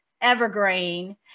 Evergreen